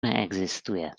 neexistuje